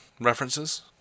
references